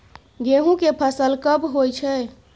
गेहूं के फसल कब होय छै?